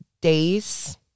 days